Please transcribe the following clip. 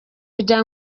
kugira